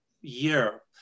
year